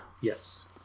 Yes